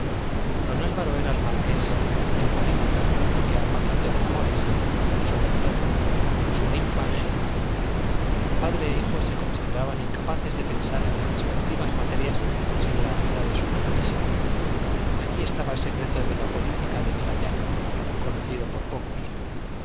don álvaro era al marqués en política lo que a paquito en amores su mentor su ninfa egeria padre e hijo se consideraban incapaces de pensar en las respectivas materias sin la ayuda de su pitonisa aquí estaba el secreto de la política de vegallana conocido por pocos los